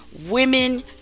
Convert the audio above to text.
women